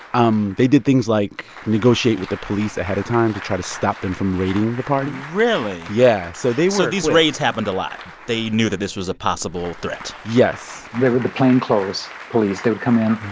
um they did things like negotiate with the police ahead of time to try to stop them from raiding the party really? yeah. so they were. so these raids happened a lot. they knew that this was a possible threat yes they were the plainclothes police. they would come in.